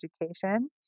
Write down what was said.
education